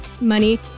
money